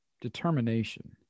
determination